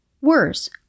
Worse